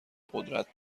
قدرت